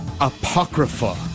apocrypha